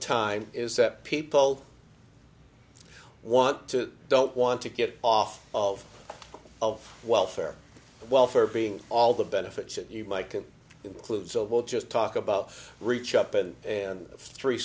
time is that people want to don't want to get off of of welfare and welfare being all the benefits that you might can include so we'll just talk about reach up and and three